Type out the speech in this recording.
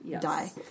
die